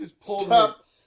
Stop